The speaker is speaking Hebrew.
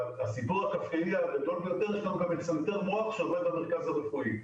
והסיפור הקפקאי הגדול ביותר: יש לנו גם מצנתר מוח שעובד במרכז הרפואי,